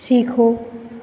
सीखो